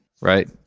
right